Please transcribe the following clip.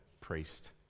priest